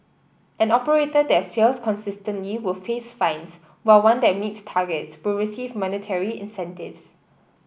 an operator that fails consistently will face fines while one that meets targets will receive monetary incentives